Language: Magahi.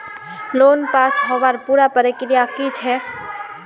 लोन पास होबार पुरा प्रक्रिया की छे?